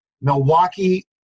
Milwaukee